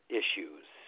issues